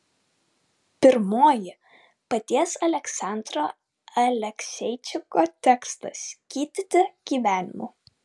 pirmoji paties aleksandro alekseičiko tekstas gydyti gyvenimu